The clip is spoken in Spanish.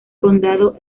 condado